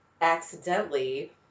accidentally